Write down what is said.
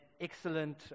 excellent